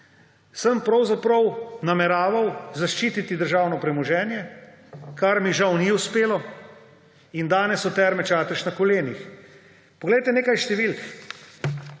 sem pravzaprav nameraval zaščititi državno premoženje, kar mi žal ni uspelo in so danes Terme Čatež na kolenih. Poglejte nekaj številk.